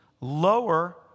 lower